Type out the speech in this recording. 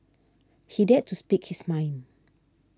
he dared to speak his mind